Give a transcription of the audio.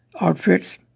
outfits